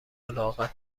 الاغت